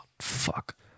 Fuck